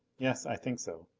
yes, i think so.